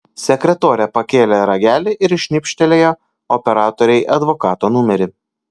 sekretorė pakėlė ragelį ir šnibžtelėjo operatorei advokato numerį